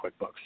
QuickBooks